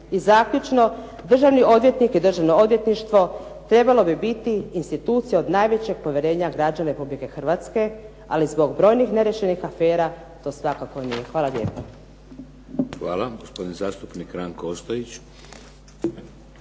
I zaključno, državni odvjetnik i Državno odvjetništvo trebalo bi institucija od najvećeg povjerenja građana Republike Hrvatske ali zbog brojnih neriješenih afera to svakako nije. Hvala lijepo. **Šeks, Vladimir (HDZ)** Hvala. Gospodin zastupnik Ranko Ostojić.